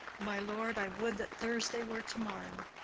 my lord, i would that thursday were to-morrow.